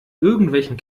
irgendwelchen